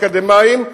אקדמאים,